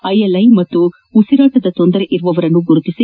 ILI ಮತ್ತು ಉಸಿರಾಟದ ತೊಂದರೆ ಇರುವವರನ್ನು ಗುರುತಿಸಿ